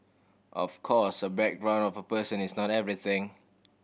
of course a background of a person is not everything